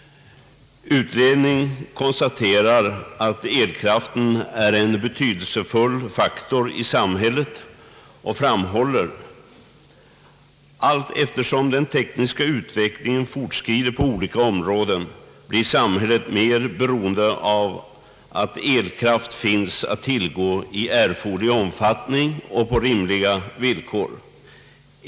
Utredningen konstaterar att elkraften är en betydelsefull faktor i samhället och framhåller: »Allteftersom den tekniska utvecklingen fortskrider på olika områden, blir samhället mer beroende av att elkraft finns att tillgå i erforderlig omfattning och på rimliga villkor.